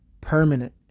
permanent